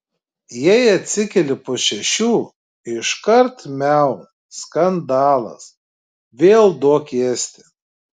jei atsikeli po šešių iškart miau skandalas vėl duok ėsti